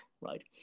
Right